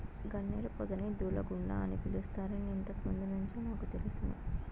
గన్నేరు పొదని దూలగుండ అని పిలుస్తారని ఇంతకు ముందు నుంచే నాకు తెలుసును